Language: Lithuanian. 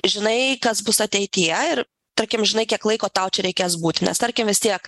žinai kas bus ateityje ir tarkim žinai kiek laiko tau čia reikės būti nes tarkim vis tiek